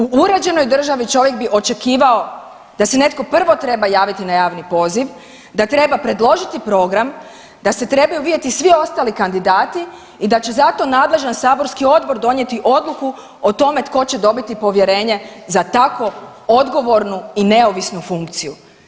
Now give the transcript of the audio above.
U uređenoj državi čovjek bi očekivao da se netko prvo treba javiti na javni poziv, da treba predložiti program, da se trebaju vidjeti svi ostali kandidati i da će za to nadležan saborski odbor donijeti odluku o tome tko će dobiti povjerenje za tako odgovornu i neovisnu funkciju.